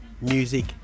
music